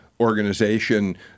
organization